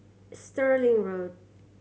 Stirling Road